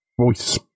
voice